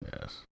Yes